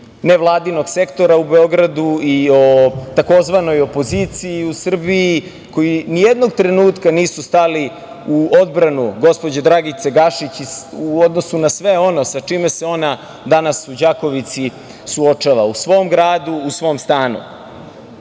nevladinog sektora u Beogradu i o tzv. opoziciji u Srbiji koji nijednog trenutka nisu stali u odbranu gospođe Dragice Gašić u odnosu na sve ono sa čime se ona danas u Đakovici suočava, u svom gradu, u svom stanu.